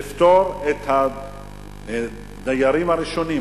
לפטור את הדיירים הראשונים,